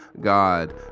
God